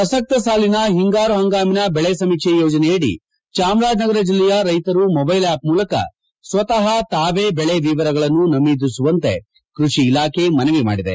ಪ್ರಸಕ್ತ ಸಾಲಿನ ಹಿಂಗಾರು ಹಂಗಾಮಿನ ಬೆಳೆ ಸಮೀಕ್ಷೆ ಯೋಜನೆಯಡಿ ಚಾಮರಾಜನಗರ ಜಿಲ್ಲೆಯ ರೈತರು ಮೊಬೈಲ್ ಅಪ್ ಮೂಲಕ ಸ್ವತಹ ತಾವೇ ಬೆಳೆ ವಿವರಗಳನ್ನು ನಮೂದಿಸುವಂತೆ ಕೃಷಿ ಇಲಾಖೆ ಮನವಿ ಮಾಡಿದೆ